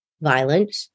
violent